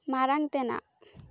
ᱢᱟᱲᱟᱝ ᱛᱮᱱᱟᱜ